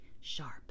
Sharp